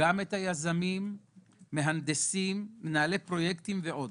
גם את היזמים, המהנדסים, מנהלי פרויקטים ועוד.